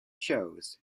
shows